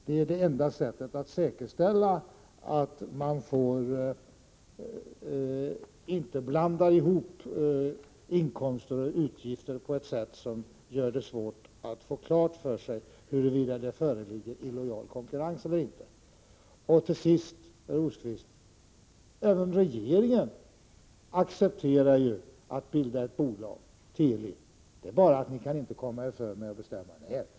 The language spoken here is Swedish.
Det är det enda sättet att säkerställa att man inte blandar ihop inkomster och utgifter på ett sätt som gör det svårt att få klart för sig huruvida det föreligger illojal konkurrens eller inte. Till sist, herr Rosqvist: Även regeringen accepterar att bilda ett bolag av Teli. Det är bara det att ni inte kan bestämma er för när det skall ske.